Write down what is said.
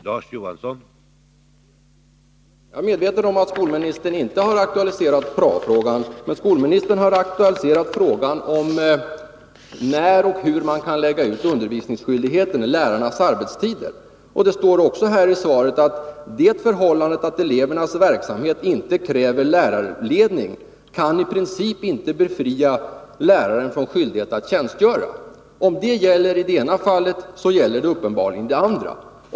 Herr talman! Jag är medveten om att skolministern inte har aktualiserat prao-frågan. Däremot har skolministern aktualiserat frågan om när och hur undervisningsskyldigheten skall gälla, lärarnas arbetstider. Det står i svaret: ”Det förhållandet att elevernas verksamhet inte kräver lärarledning kan i princip inte befria läraren från skyldigheten att tjänstgöra.” Om det gäller i det ena fallet, gäller det uppenbarligen också i det andra.